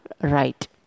right